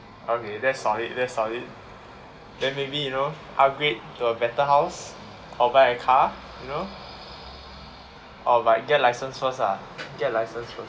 okay that's solid that's solid then maybe you know upgrade to a better house or buy a car you know or like get license first lah get license first